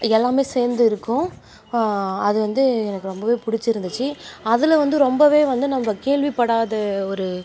எல்லாமே சேர்ந்து இருக்கும் அது வந்து எனக்கு ரொம்பவே பிடிச்சி இருந்துச்சு அதில் வந்து ரொம்பவே வந்து நம்ப கேள்விப்படாத ஒரு